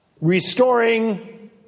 restoring